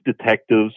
detectives